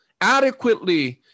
adequately